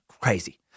crazy